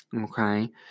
Okay